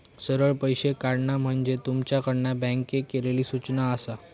सरळ पैशे काढणा म्हणजे तुमच्याकडना बँकेक केलली सूचना आसा